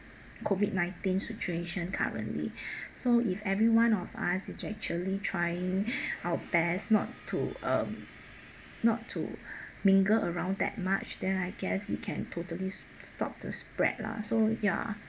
COVID-nineteen situation currently so if every one of us is actually trying our best not to um not to mingle around that much then I guess we can totally s~ stopped to spread lah so ya